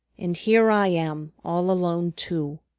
and here i am all alone, too.